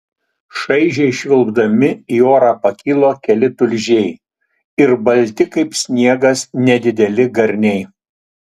šaižiai švilpdami į orą pakilo keli tulžiai ir balti kaip sniegas nedideli garniai